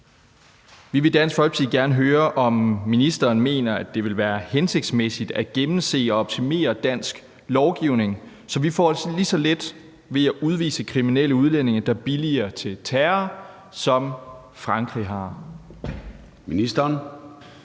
Vi vil i Dansk Folkeparti gerne høre, om ministeren mener, at det vil være hensigtsmæssigt at gennemse og optimere dansk lovgivning, så vi får lige så let ved at udvise kriminelle udlændinge, der billiger terror, som Frankrig har. Kl.